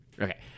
Okay